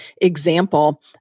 example